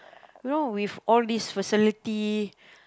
you know with all these facilities